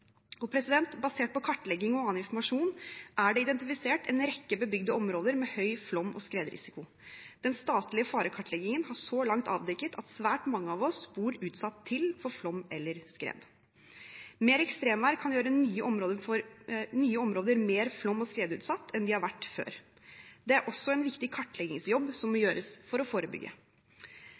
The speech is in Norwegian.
Basert på kartlegging og annen informasjon er det identifisert en rekke bebygde områder med høy flom- og skredrisiko. Den statlige farekartleggingen har så langt avdekket at svært mange av oss bor utsatt til for flom eller skred. Mer ekstremvær kan gjøre nye områder mer flom- og skredutsatt enn de har vært før. Det er også en viktig kartleggingsjobb som må gjøres for å forebygge.